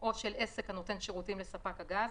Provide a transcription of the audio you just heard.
או של עסק הנותן שירותים לספק הגז,